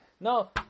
No